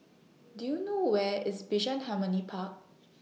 Do YOU know Where IS Bishan Harmony Park